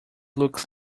looks